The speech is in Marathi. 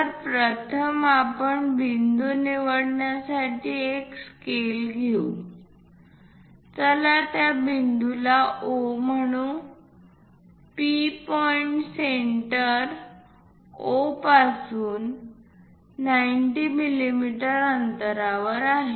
तर प्रथम आपण बिंदू निवडण्यासाठी एक स्केल घेऊ चला त्या पॉइंटला O म्हणू P पॉईंट सेंटर O पासून 90 मिमी अंतरावर आहे